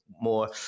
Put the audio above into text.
more